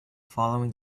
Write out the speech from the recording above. following